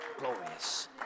Glorious